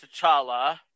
T'Challa